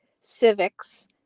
civics